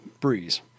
breeze